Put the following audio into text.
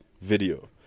video